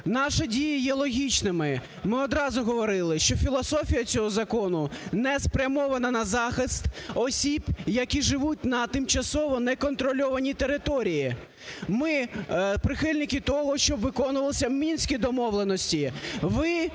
Наші дії є логічними, ми одразу говорили, що філософія цього закону не спрямована на захист осіб, які живуть на тимчасово неконтрольованій території. Ми прихильники того, щоб виконувалися Мінські домовленості,